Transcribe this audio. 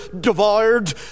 devoured